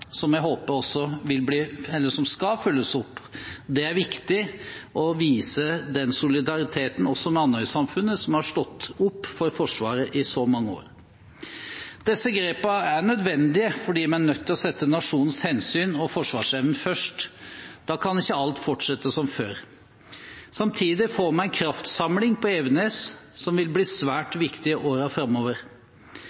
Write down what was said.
som skal følges opp. Det er viktig å vise den solidariteten også med Andøy-samfunnet, som har stått opp for Forsvaret i så mange år. Disse grepene er nødvendige fordi vi er nødt til å sette nasjonens hensyn og forsvarsevne først. Da kan ikke alt fortsette som før. Samtidig får vi en kraftsamling på Evenes, som vil bli svært